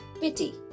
pity